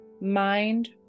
mind